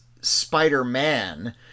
Spider-Man